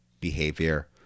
behavior